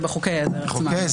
זה בחוקי עזר.